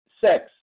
sex